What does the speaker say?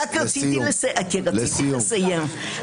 רציתי לסיים.